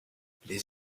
les